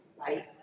right